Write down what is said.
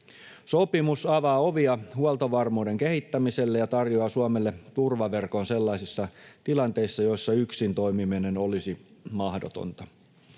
Sopimus avaa ovia huoltovarmuuden kehittämiselle ja tarjoaa Suomelle turvaverkon sellaisissa tilanteissa, joissa yksin toimiminen olisi mahdotonta.